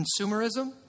Consumerism